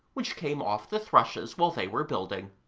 which came off the thrushes while they were building.